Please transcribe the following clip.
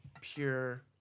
Pure